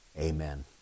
Amen